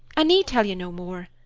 i need tell you no more.